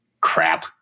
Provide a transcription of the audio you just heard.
crap